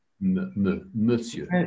monsieur